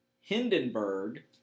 Hindenburg